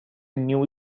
new